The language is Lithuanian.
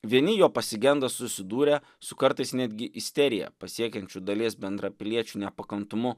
vieni jo pasigenda susidūrę su kartais netgi isteriją pasiekiančiu dalies bendrapiliečių nepakantumu